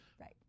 Right